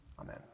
amen